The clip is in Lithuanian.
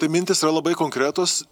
tai mintys yra labai konkretūs